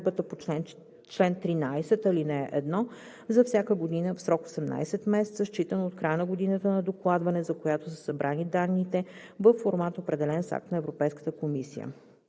по чл. 13, ал. 1 за всяка година в срок 18 месеца, считано от края на годината на докладване, за която са събрани данните, във формат, определен с акт на Европейската комисия;